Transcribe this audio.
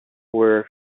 were